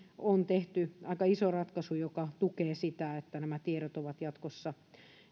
on tehty aika iso ratkaisu joka tukee sitä että nämä tiedot ovat jatkossa